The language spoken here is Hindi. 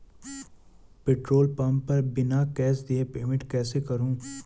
पेट्रोल पंप पर बिना कैश दिए पेमेंट कैसे करूँ?